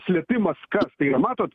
slėpimas kas tai yra matot